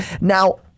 Now